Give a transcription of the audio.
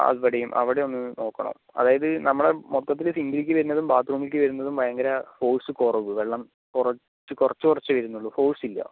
അവിടെയും അവിടെ ഒന്ന് നോക്കണം അതായത് നമ്മള് മൊത്തത്തില് സിങ്കിലേക്ക് വരുന്നതും ബാത്റൂമിലേക്ക് വരുന്നതും ഭയങ്കര ഫോർഴ്സ് കുറവ് വെള്ളം കുറച്ച് കുറച്ച് കുറച്ചേ വരുന്നുള്ളൂ ഫോർഴ്സ് ഇല്ല